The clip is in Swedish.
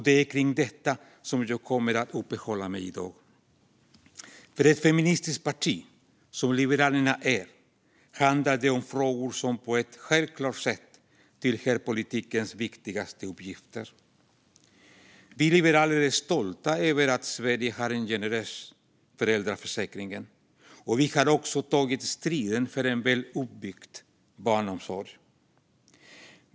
Det är kring detta som jag kommer att uppehålla mig i dag. För ett feministiskt parti som Liberalerna handlar det om frågor som på ett självklart sätt tillhör politikens viktigaste uppgifter. Vi liberaler är stolta över att Sverige har en generös föräldraförsäkring, och vi har också tagit striden för en väl utbyggd barnomsorg.